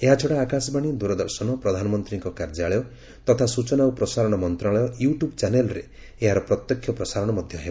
ଏହାଛଡ଼ା ଆକାଶବାଣୀ ଦୂରଦର୍ଶନ ପ୍ରଧାନମନ୍ତ୍ରୀଙ୍କ କାର୍ଯ୍ୟାଳୟ ତଥା ସ୍ଟଚନା ଓ ପ୍ରସାରଣ ମନ୍ତ୍ରଣାଳୟ ୟୁ ଟ୍ୟୁବ୍ ଚ୍ୟାନେଲ୍ରେ ଏହାର ପ୍ରତ୍ୟକ୍ଷ ପ୍ରସାରଣ ମଧ୍ୟ ହେବ